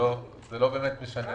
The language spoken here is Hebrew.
אתה כל הזמן לוקח שלוש שנים אחורה